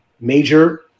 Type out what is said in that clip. Major